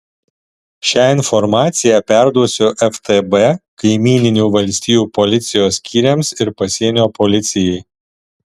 šią informaciją perduosiu ftb kaimyninių valstijų policijos skyriams ir pasienio policijai